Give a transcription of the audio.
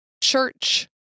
church